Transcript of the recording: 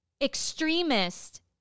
extremist